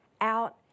out